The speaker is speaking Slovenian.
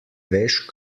veš